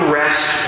rest